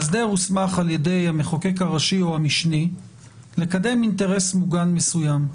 המאסדר הוסמך על-ידי המחוקק הראשי או המשני לקדם אינטרס מוגן מסוים.